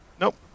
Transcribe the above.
Nope